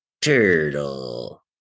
Turtle